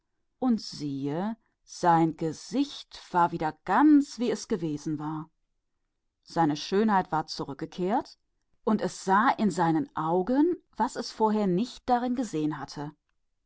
und siehe sein gesicht war wie es gewesen war und seine schönheit war zurückgekehrt und in seinen augen sah es was es zuvor in ihnen nie gesehen hatte